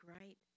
right